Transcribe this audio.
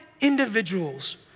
individuals